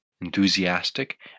enthusiastic